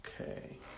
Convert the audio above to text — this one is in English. okay